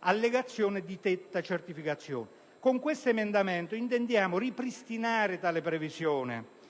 allegazione di detta certificazione. Con l'emendamento 18.54 intendiamo invece ripristinare tale previsione,